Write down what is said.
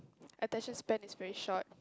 attention span is very short